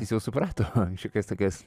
jis jau suprato šiokias tokias